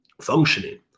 functioning